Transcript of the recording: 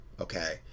okay